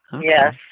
Yes